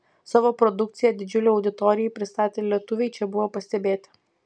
savo produkciją didžiulei auditorijai pristatę lietuviai čia buvo pastebėti